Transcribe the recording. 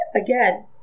again